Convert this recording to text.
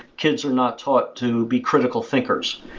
kids are not thought to be critical thinkers.